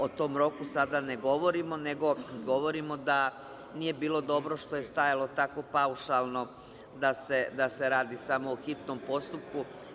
O tom roku sada ne govorimo, nego govorimo da nije bilo dobro što je stajalo tako paušalno da se radi samo u hitnom postupku.